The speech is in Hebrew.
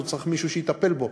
הוא צריך מישהו שיטפל בו.